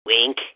Wink